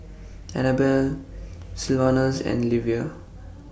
Anabel Sylvanus and Livia